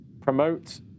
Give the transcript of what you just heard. promote